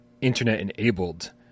internet-enabled